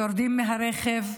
יורדים מהרכב,